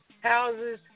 houses